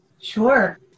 sure